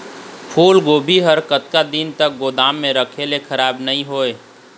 फूलगोभी हर कतका दिन तक गोदाम म रखे ले खराब नई होय?